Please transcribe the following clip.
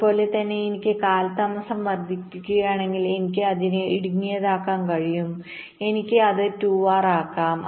അതുപോലെ തന്നെ എനിക്ക് കാലതാമസം വർദ്ധിപ്പിക്കണമെങ്കിൽ എനിക്ക് അതിനെ ഇടുങ്ങിയതാക്കാൻ കഴിയും എനിക്ക് അത് 2R ആക്കാം